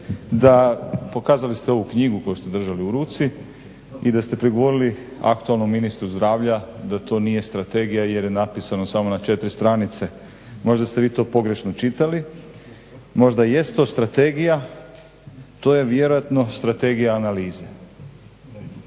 da pokazali ste ovu knjigu koju ste držali u ruci, i da ste prigovorili aktualnom ministru zdravlja da to nije strategija jer je napisano samo na 4 stranice. Možda ste vi to pogrešno čitali, možda jest to strategija, to je vjerojatno strategija analize.